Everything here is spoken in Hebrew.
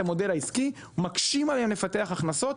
המודל העסקי ומקשים עליהם לפתח הכנסות.